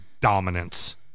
dominance